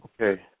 Okay